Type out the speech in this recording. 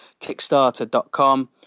kickstarter.com